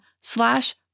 slash